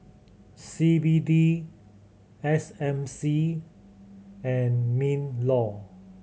C B D S M C and MinLaw